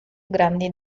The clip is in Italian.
grandi